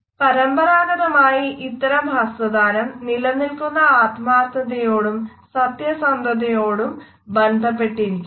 കാരണം പരമ്പരാഗതമായി ഇത്തരം ഹസ്തദാനം നിലനിൽക്കുന്ന ആത്മാര്ഥതയോടും സത്യസന്ധതയോടും ബന്ധപ്പെട്ടിരിക്കുന്നു